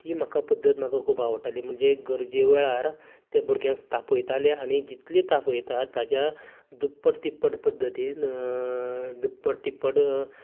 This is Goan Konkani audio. ती म्हाका पद्दत म्हाका खूब आवडटाली म्हणजे गरजे वेळार ते भुरग्यांक तापयताले आनी जितले तापयता ताज्या दुप्पट तिप्पट पद्दतीन दुप्पट तिप्पट